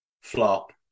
flop